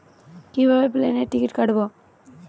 কিভাবে প্লেনের টিকিট কাটব?